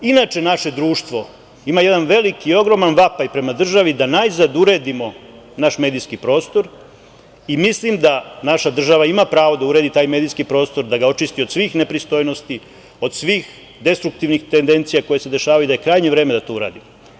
Inače naše društvo ima jedan veliki, ogroman vapaj, prema državi da najzad uredimo naš medijski prostor i mislim da naša država ima pravo da uredi taj medijski prostor, da ga očisti od svih nepristojnosti, od svih destruktivnih tendencija koje se dešavaju i da je krajnje vreme da to uradi.